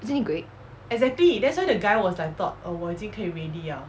isn't it great